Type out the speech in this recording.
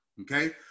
okay